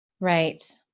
Right